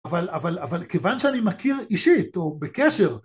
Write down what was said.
אבל, אבל, אבל כיוון שאני מכיר אישית, או בקשר...